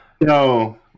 No